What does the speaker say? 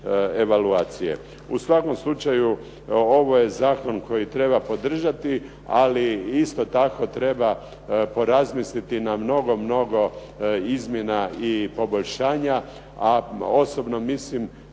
U svakom slučaju ovo je zakon koji treba podržati, ali isto tako treba porazmisliti na mnogo, mnogo izmjena i poboljšanja. A osobno mislim